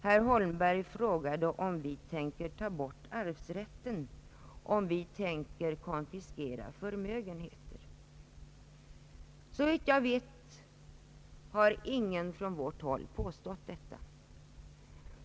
Herr Holmberg frågade om vi tänker avskaffa arvsrätten, om vi tän ker konfiskera förmögenheter. Såvitt jag vet har ingen från vårt håll påstått detta.